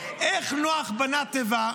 איך נח בנה תיבה?